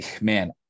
Man